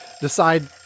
decide